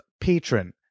patron